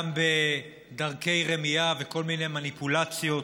גם בדרכי רמייה וכל מיני מניפולציות,